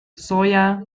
soia